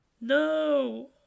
no